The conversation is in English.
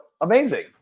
Amazing